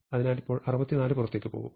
അതിനാൽ ഇപ്പോൾ 64 പുറത്തേക്ക് പോകും